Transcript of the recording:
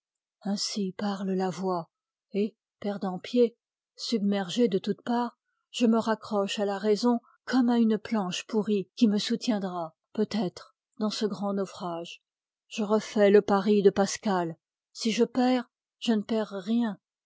ainsi parle la voix et perdant pied submergé de toutes parts je me raccroche à la raison comme à une planche pourrie qui me soutiendra peut-être dans ce grand naufrage je refais le pari de pascal si je perds je ne perds rien